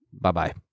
Bye-bye